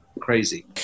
crazy